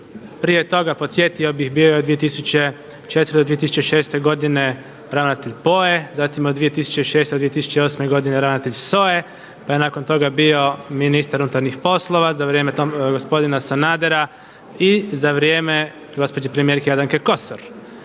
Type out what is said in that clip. prije toga podsjetio bih bio je 2004., 2006. godine ravnatelj POA-e, zatim od 2006. do 2008. godine ravnatelj SOA-e, pa je nakon toga bio ministar unutarnjih poslova za vrijeme gospodina Sanadera i za vrijeme gospođe premijerke Jadranke Kosor.